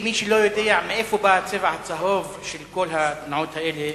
למי שלא יודע מאיפה בא הצבע הצהוב של כל התנועות האלה,